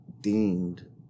deemed